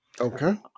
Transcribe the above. Okay